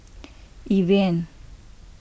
Evian